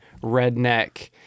redneck